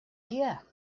dear